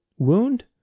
Wound